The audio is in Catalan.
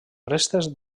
restes